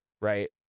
right